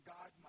God